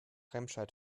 remscheid